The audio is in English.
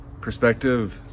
perspective